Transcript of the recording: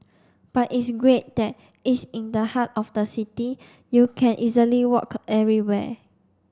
but it's great that it's in the heart of the city you can easily walk everywhere